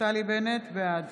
בעד